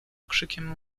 okrzykiem